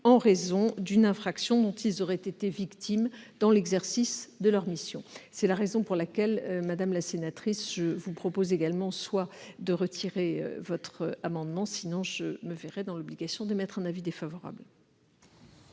en raison d'une infraction dont ils auraient été victimes dans l'exercice de leur mission. C'est la raison pour laquelle je vous propose également, madame la sénatrice, de retirer votre amendement, sinon je me verrai dans l'obligation d'émettre un avis défavorable.